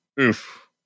oof